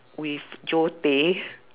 with zoe tay